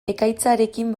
ekaitzarekin